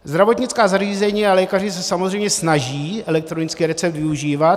Zdravotnická zařízení a lékaři se samozřejmě snaží elektronický recept využívat.